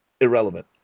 irrelevant